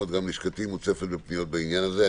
וגם לשכתי מוצפת בפניות בעניין הזה.